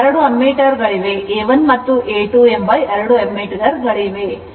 2 ammeter ಗಳಿವೆ A 1 ಮತ್ತು A 2 ಎರಡು ammeterಗಳಿವೆ